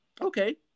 Okay